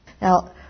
Now